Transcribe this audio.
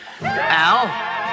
Al